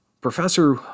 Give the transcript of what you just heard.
Professor